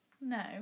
No